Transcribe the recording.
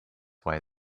why